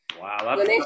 Wow